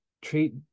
treat